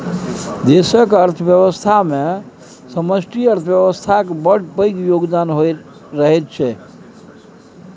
देशक अर्थव्यवस्थामे समष्टि अर्थशास्त्रक बड़ पैघ योगदान रहैत छै